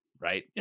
Right